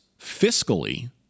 fiscally